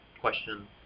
question